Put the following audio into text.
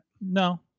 No